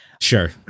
Sure